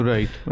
Right